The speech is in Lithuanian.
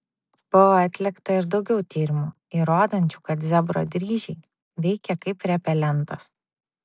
buvo atlikta ir daugiau tyrimų įrodančių kad zebro dryžiai veikia kaip repelentas